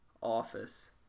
office